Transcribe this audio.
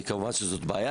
כמובן זאת בעיה,